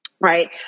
Right